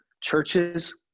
churches